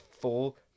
full